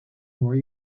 more